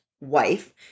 wife